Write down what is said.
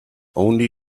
only